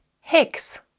Hex